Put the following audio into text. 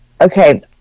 Okay